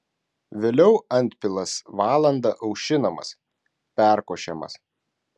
vėliau antpilas valandą aušinamas perkošiamas